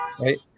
right